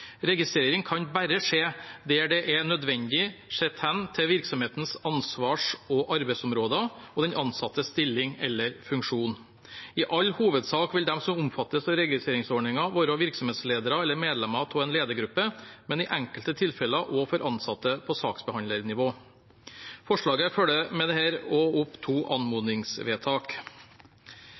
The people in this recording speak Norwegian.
Registrering kan bare skje der det er nødvendig sett hen til virksomhetens ansvars- og arbeidsområder og den ansattes stilling eller funksjon. I all hovedsak vil de som omfattes av registreringsordningen, være virksomhetsledere eller medlemmer av en ledergruppe, men i enkelte tilfeller også ansatte på saksbehandlernivå. Forslaget følger med dette også opp to anmodningsvedtak.